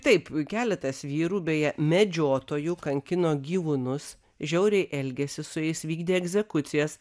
taip keletas vyrų beje medžiotojų kankino gyvūnus žiauriai elgėsi su jais vykdė egzekucijas